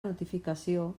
notificació